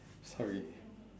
sorry